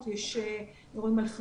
יש אירועים מדווחים על בריחות.